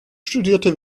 studierte